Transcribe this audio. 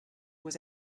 was